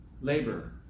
labor